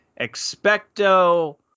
expecto